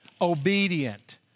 obedient